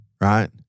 right